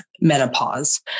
menopause